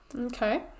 Okay